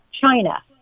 China